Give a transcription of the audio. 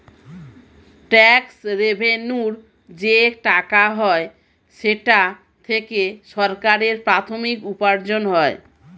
tax রেভেন্যুর যে টাকা হয় সেটা থেকে সরকারের প্রাথমিক উপার্জন হয়